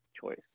choice